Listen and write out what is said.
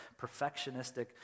perfectionistic